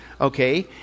okay